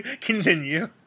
Continue